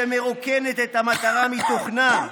שמרוקנת את המטלה מתוכנה,